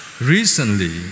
recently